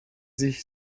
sich